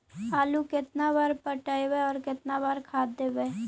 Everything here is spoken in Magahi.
आलू केतना बार पटइबै और केतना बार खाद देबै?